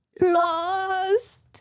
Lost